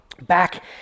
back